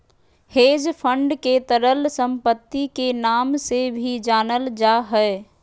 hedge fund के तरल सम्पत्ति के नाम से भी जानल जा हय